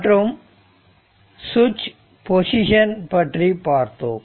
மற்றும் சுவிட்ச் பொசிஷன் பற்றி பார்த்தோம்